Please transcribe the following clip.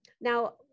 Now